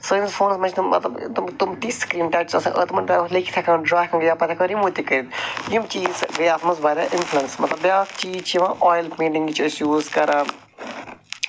سٲنِس فونَس منٛز چھِ تِم مطلب تِم تِم تِتھۍ سِکریٖن ٹَچ چھِ آسان تِمَن پٮ۪ٹھ لیٖکھِتھ ہٮ۪کان ڈرٛا یا پَتہٕ ہٮ۪کان رِموٗ تہِ کٔرِتھ یِم چیٖز گٔے اَتھ منٛز واریاہ اِنفٔلَنس مطلب بیٛاکھ چیٖز چھُ یِوان آیِل پینٹِنٛگ چھِ أسۍ یوٗز کَران